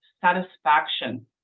satisfaction